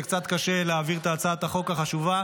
זה קצת קשה להעביר את הצעת החוק החשובה,